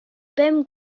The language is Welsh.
bum